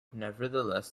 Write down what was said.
nevertheless